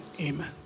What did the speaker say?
amen